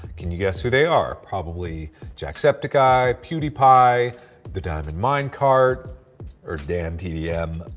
can you guess who they are? probably jacksepticeye, pewdiepie, the dimond minecart or dantdm.